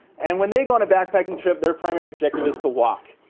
and when they go on a backpacking trip, their primary objective is to walk.